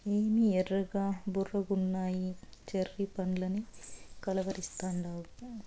ఏమి ఎర్రగా బుర్రగున్నయ్యి చెర్రీ పండ్లని కలవరిస్తాండావు